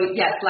yes